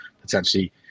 potentially